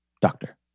doctor